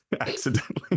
accidentally